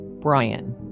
Brian